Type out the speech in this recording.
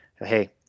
Hey